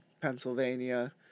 Pennsylvania